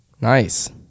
Nice